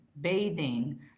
bathing